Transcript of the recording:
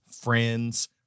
friends